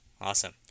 Awesome